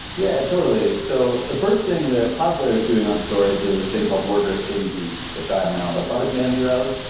yeah, totally. so the first thing that cloudflare is doing on storage is a thing called workers kv, which i'm now the product manager of.